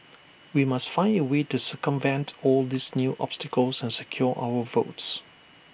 we must find A way to circumvent all these new obstacles and secure our votes